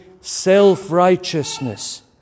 self-righteousness